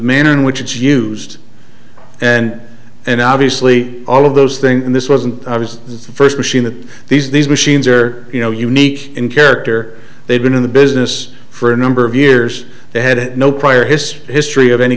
manner in which it's used and and obviously all of those things and this wasn't just the first machine that these these machines are you know unique in character they've been in the business for a number of years they had no prior history history of any